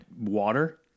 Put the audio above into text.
water